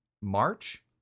March